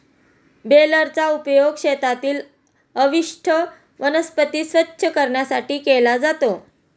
बेलरचा उपयोग शेतातील अवशिष्ट वनस्पती स्वच्छ करण्यासाठी केला जातो